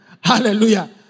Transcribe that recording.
Hallelujah